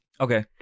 Okay